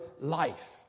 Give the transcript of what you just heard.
life